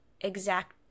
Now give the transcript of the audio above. exact